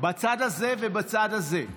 בצד הזה ובצד הזה.